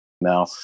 Now